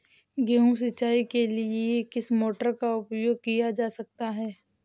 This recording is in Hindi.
गेहूँ सिंचाई के लिए किस मोटर का उपयोग किया जा सकता है?